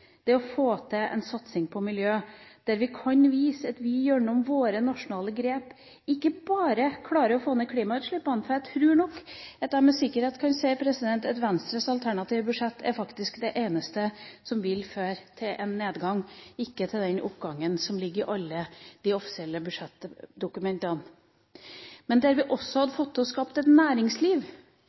det å få til en satsing på miljø der vi kan vise at vi gjennom våre nasjonale grep ikke bare klarer å få ned klimautslippene. Jeg tror nok jeg med sikkerhet kan si at Venstres alternative budsjett faktisk er det eneste budsjettet som ville ført til en nedgang – ikke til den oppgangen som ligger i alle de offisielle budsjettdokumentene – og som også ville føre til at vi hadde fått til å skape et næringsliv